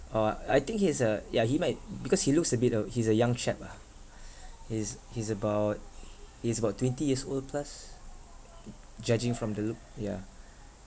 uh I think he's uh ya he might because he looks a bit uh he's a young chap ah he's he's about he's about twenty years old plus judging from the look yeah